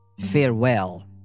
farewell